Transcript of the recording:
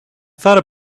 thought